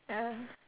ya